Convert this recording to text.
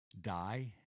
die